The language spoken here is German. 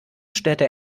städte